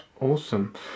Awesome